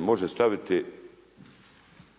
može staviti